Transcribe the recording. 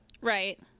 Right